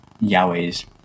yahweh's